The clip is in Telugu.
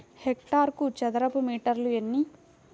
హెక్టారుకు చదరపు మీటర్లు ఎన్ని?